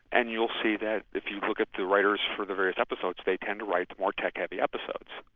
and you'll see that if you look at the writers for the various episodes, they tend to write more tech-heavy episodes.